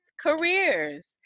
careers